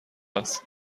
است